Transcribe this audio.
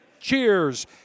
cheers